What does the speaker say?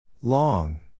Long